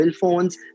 phones